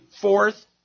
fourth